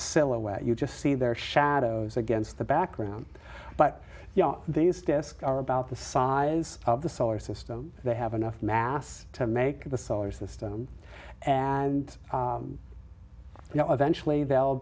silhouette you just see their shadows against the background but you know these discover about the size of the solar system they have enough mass to make the solar system and you know eventually they'll